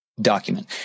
document